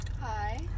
Hi